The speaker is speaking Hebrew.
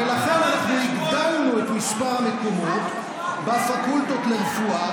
ולכן אנחנו הגדלנו את מספר המקומות בפקולטות לרפואה,